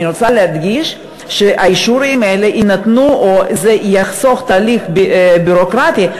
אני רוצה להדגיש שהאישורים האלה יינתנו וזה יחסוך תהליך ביורוקרטי,